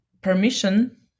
permission